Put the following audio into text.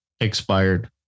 expired